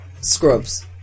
scrubs